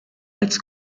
als